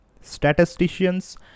statisticians